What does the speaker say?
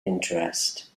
interest